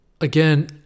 Again